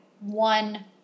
one